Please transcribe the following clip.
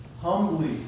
Humbly